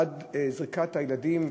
עד זריקת הילדים,